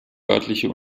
örtliche